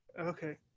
Okay